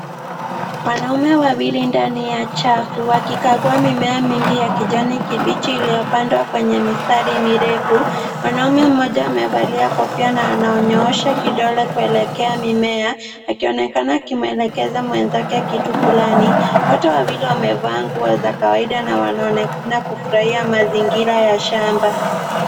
Wanaume wawili ndani ya chafu wakichagua mimea mingi ya kijani kibichi iliyopandwa kwenye mistari mirefu. Mwanaume mmoja amevalia kofia na ananyoosha kidole kuelekea mimea akionekana kumwelekeza mwenzake kuhusu kitu fulani. Wote wawili wamevaa nguo za kawaida na wanaonekana kufurahia mazingira ya shamba.